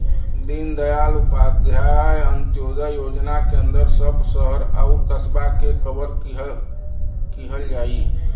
दीनदयाल उपाध्याय अंत्योदय योजना के अंदर सब शहर आउर कस्बा के कवर किहल जाई